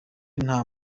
nta